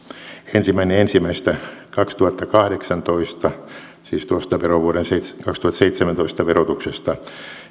ensimmäinen ensimmäistä kaksituhattakahdeksantoista siis tuosta verovuoden kaksituhattaseitsemäntoista verotuksesta